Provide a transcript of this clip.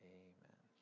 amen